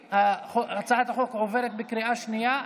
הצעת החוק עוברת בקריאה שנייה.